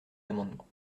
amendement